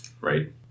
right